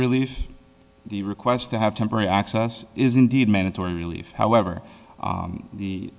release the request to have temporary access is indeed mandatory relief however the the